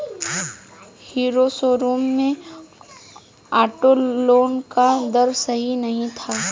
hero showroom में auto loan का दर सही नहीं था